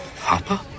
Papa